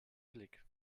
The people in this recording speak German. blick